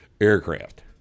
aircraft